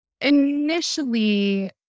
initially